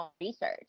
research